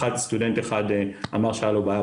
סטודנט אחד אמר שהייתה לו בעיה